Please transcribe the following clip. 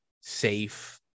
safe